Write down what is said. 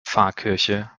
pfarrkirche